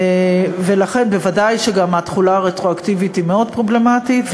ולכן בוודאי שגם התחולה הרטרואקטיבית היא מאוד פרובלמטית,